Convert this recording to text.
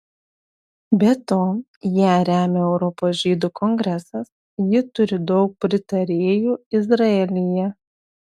be to ją remia europos žydų kongresas ji turi daug pritarėjų izraelyje